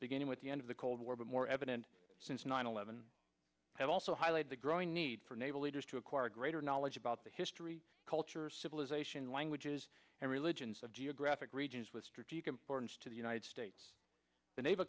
beginning with the end of the cold war but more evident since nine eleven have also highlighted the growing need for naval leaders to acquire greater knowledge about the history culture civilization languages and religions of geographic regions with strategic importance to the united states the naval